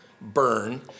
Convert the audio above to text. burn